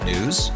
News